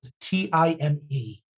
T-I-M-E